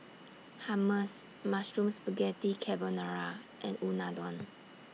Hummus Mushroom Spaghetti Carbonara and Unadon